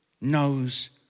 knows